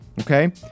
Okay